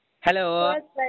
Hello